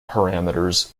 parameters